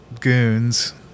goons